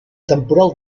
temporal